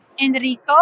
Enrico